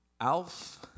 ALF